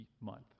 month